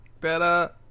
better